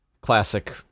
classic